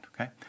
okay